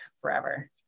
forever